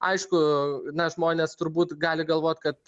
aišku na žmonės turbūt gali galvot kad